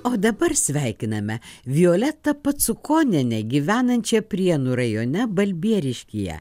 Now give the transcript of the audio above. o dabar sveikiname violetą pacukonienę gyvenančią prienų rajone balbieriškyje